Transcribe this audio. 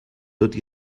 tot